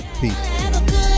Peace